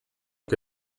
che